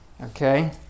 Okay